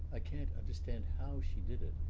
i can't understand how she did it,